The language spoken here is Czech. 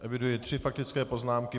Eviduji tři faktické poznámky.